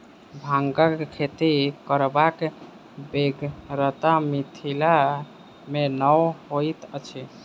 भांगक खेती करबाक बेगरता मिथिला मे नै होइत अछि